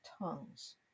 tongues